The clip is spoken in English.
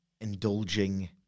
indulging